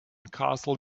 castle